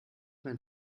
mein